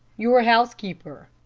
your housekeeper?